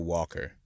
Walker